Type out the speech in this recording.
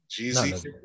Jeezy